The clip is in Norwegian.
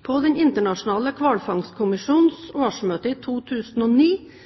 På Den internasjonale hvalfangstkommisjonens årsmøte i 2009